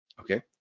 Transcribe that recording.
okay